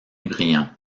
brillant